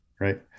right